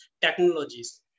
technologies